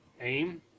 aim